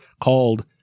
Called